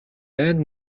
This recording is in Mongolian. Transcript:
дайнд